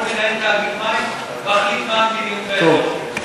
כל מנהל תאגיד מים מחליט מה המדיניות, טוב.